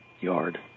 yard